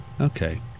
Okay